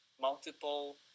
multiple